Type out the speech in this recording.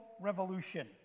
revolution